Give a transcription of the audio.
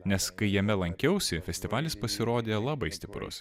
nes kai jame lankiausi festivalis pasirodė labai stiprus